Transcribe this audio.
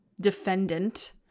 defendant –